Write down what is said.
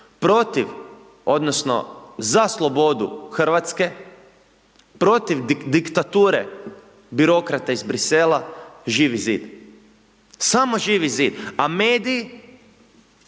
protiv, odnosno za slobodu Hrvatske, protiv diktature birokrata iz Brisela, Živi zid. Samo Živi zid. A mediji,